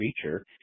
creature